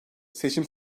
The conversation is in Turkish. seçim